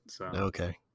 Okay